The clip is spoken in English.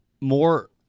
more